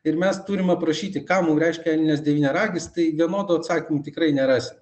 ir mes turim aprašyti ką mum reiškia elnias devyniaragis tai vienodų atsakymų tikrai nerasi